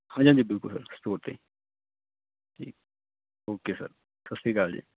ਹਾਂਜੀ ਹਾਂਜੀ ਬਿਲਕੁਲ ਸਰ ਸਟੋਰ 'ਤੇ ਠੀਕ ਓਕੇ ਸਰ ਸਤਿ ਸ਼੍ਰੀ ਅਕਾਲ ਜੀ